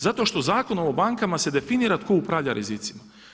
Zato što Zakon o bankama se definira tko upravlja rizicima.